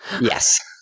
Yes